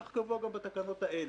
כך קבוע גם בתקנות האלה.